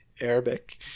arabic